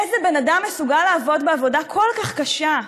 איזה בן אדם מסוגל לעבוד בעבודה כל כך קשה,